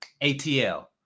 ATL